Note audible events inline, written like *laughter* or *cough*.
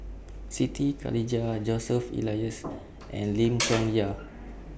Siti Khalijah Joseph Elias and *noise* Lim Chong Yah